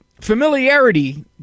familiarity